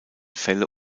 fälle